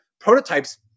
prototypes